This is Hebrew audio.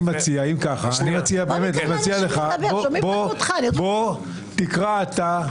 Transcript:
אני מציע לך בוא תקרא אתה,